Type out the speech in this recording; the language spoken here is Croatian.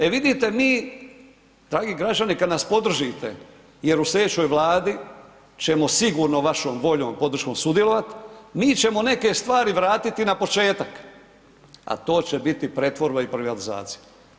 E vidite mi dragi građani kad nas podržite, jer u slijedećoj vladi ćemo sigurno vašom voljom, podrškom sudjelovati, mi ćemo neke stvari vratiti na početak, a to će biti pretvorba i privatizacija.